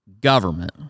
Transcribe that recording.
government